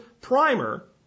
primer